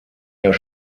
jahr